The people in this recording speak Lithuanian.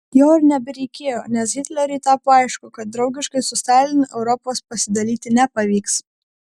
jo ir nebereikėjo nes hitleriui tapo aišku kad draugiškai su stalinu europos pasidalyti nepavyks